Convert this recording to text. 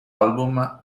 album